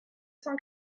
cent